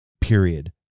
period